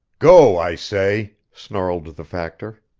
go, i say! snarled the factor.